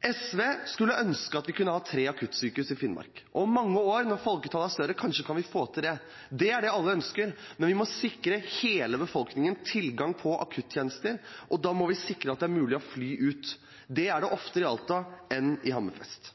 SV skulle ønske at vi kunne ha tre akuttsykehus i Finnmark. Om mange år, når folketallet er større, kan vi kanskje få det til. Det er det alle ønsker, men vi må sikre hele befolkningen tilgang til akuttjenester, og da må vi sikre at det er mulig å fly ut. Det er det oftere i Alta enn i Hammerfest.